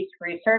research